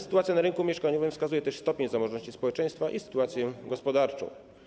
Sytuacja na rynku mieszkaniowym pokazuje też stopień zamożności społeczeństwa i sytuację gospodarczą.